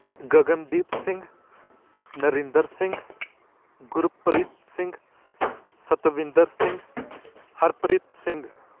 Gagandeep Singh Narinder Singh Gurpreet Singh Satvinder Singh Harpreet Singh